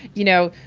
you know,